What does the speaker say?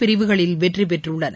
பிரிவுகளில் வெற்றிபெற்றுள்ளனர்